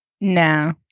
No